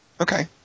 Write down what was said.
Okay